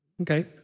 Okay